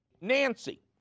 Nancy